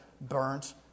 burnt